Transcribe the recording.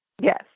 Yes